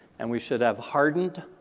and we should have hardened,